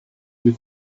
with